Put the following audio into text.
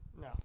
No